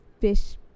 fish